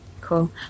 cool